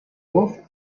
voz